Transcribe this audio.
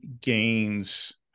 gains